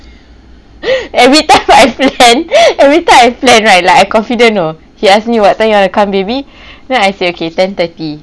every time I plan every time I plan right like I confident know he ask me what time you want to come baby then I say okay ten thirty